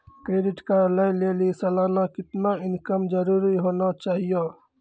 Credit card लय लेली सालाना कितना इनकम जरूरी होना चहियों?